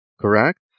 correct